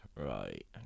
Right